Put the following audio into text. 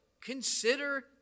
consider